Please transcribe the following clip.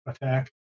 attack